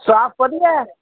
staff ਵਧੀਆ